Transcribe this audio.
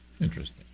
Interesting